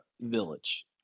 Village